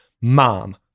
Mom